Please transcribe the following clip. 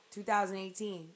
2018